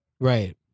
Right